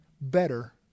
better